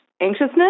anxiousness